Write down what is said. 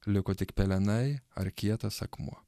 liko tik pelenai ar kietas akmuo